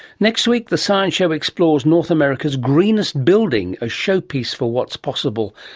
next week the science show explores north america's greenest building, a showpiece for what is possible.